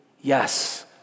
Yes